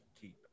Keep